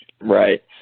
Right